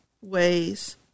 ways